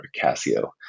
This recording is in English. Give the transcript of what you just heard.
casio